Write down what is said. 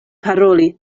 paroli